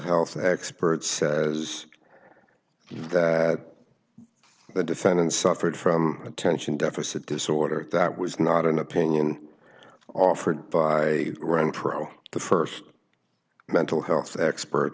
health expert says that the defendant suffered from attention deficit disorder that was not an opinion offered by a run pro the st mental health expert